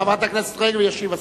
חברת הכנסת רגב, ישיב השר.